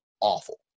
awful